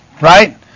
right